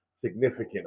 significant